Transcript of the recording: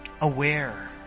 aware